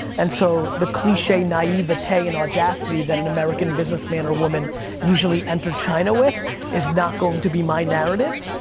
and so the cliche, naivety, and audacity that an american businessman or woman usually enter china with is not going to be my narrative.